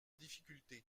difficultés